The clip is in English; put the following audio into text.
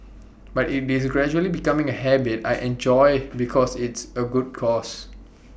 but it's gradually become A habit I enjoy because it's A good cause